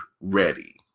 ready